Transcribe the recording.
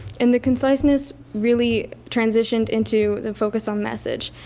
and the conciseness really transitioned into the focus on message.